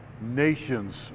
nations